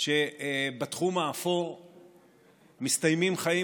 שבתחום האפור מסתיימים חיים,